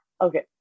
Okay